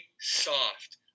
soft